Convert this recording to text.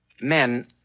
men